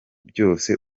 byose